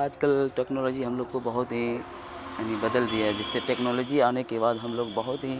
آج کل ٹیکنالوجی ہم لوگ کو بہت ہی یعنی بدل دیا ہے جب سے ٹیکنالوجی آنے کے بعد ہم لوگ بہت ہی